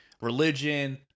religion